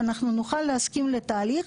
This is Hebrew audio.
נוכל להסכים לתהליך,